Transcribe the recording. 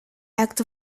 act